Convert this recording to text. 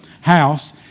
house